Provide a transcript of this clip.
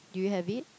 do you have it